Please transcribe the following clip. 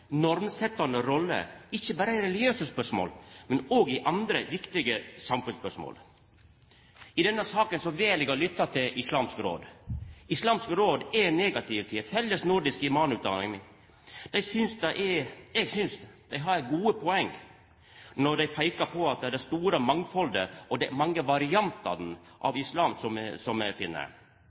ikkje berre i religiøse spørsmål, men òg i andre viktige samfunnsspørsmål. I denne saka vel eg å lytta til Islamsk Råd. Islamsk Råd er negative til ei felles nordisk imamutdanning. Eg synest dei har gode poeng når dei peikar på det store mangfaldet og dei mange variantane av islam som